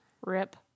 Rip